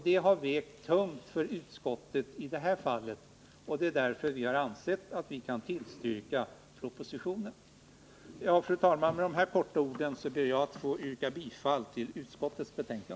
Detta har vägt tungt vid utskottets behandling av den här frågan, och det är därför vi har ansett att vi kan tillstyrka propositionen. Fru talman! Med detta ber jag att få yrka bifall till utskottets hemställan.